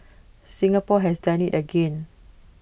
Singapore has done IT again